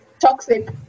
Toxic